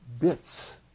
bits